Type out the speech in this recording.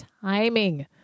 timing